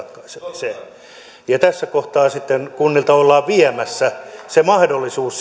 ratkaisemiseen niin tässä kohtaa sitten kunnilta ollaan viemässä se mahdollisuus